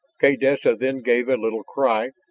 kaydessa then gave a little cry,